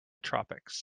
tropics